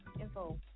info